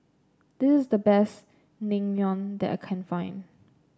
this is the best Naengmyeon that I can find